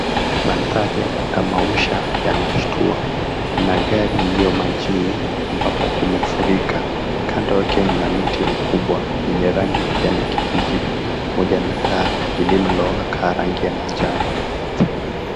Maandhari ya kutamausha yanashtua, magari iliyomajini ambapo kumefurika. Kando yake mna miti mikubwa yenye rangi ya kijani kibichi pamoja na taa lililowaka rangi ya manjano.